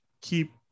keep